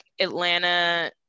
Atlanta